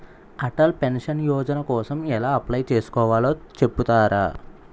Atal pension Yojana కోసం ఎలా apply చేసుకోవాలో చెపుతారా?